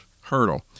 hurdle